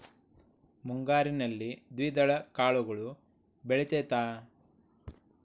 ಮುಂಗಾರಿನಲ್ಲಿ ದ್ವಿದಳ ಕಾಳುಗಳು ಬೆಳೆತೈತಾ?